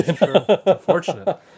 Unfortunate